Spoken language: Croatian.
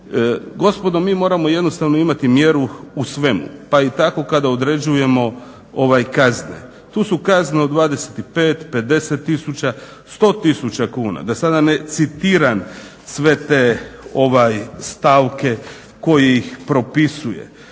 Gospodo mi moramo jednostavno imati mjeru u svemu, pa i tako kada određujemo kazne. Tu su kazne od 25, 50000, 100000 kuna da sada ne citiram sve te stavke koji ih propisuje.